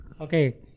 okay